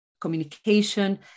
communication